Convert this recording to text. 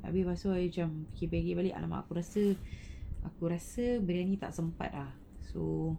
habis lepas tu I macam bingit balik aku rasa aku rasa biryani tak sempat dah so